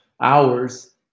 hours